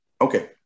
Okay